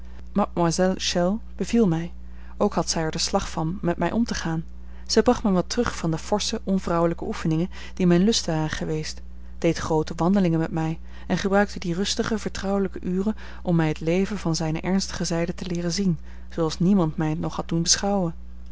chelles beviel mij ook had zij er den slag van met mij om te gaan zij bracht mij wat terug van de forsche onvrouwelijke oefeningen die mijn lust waren geweest deed groote wandelingen met mij en gebruikte die rustige vertrouwelijke uren om mij het leven van zijne ernstige zijde te leeren zien zooals niemand het mij nog had doen beschouwen